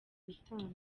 n’itanu